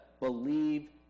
believe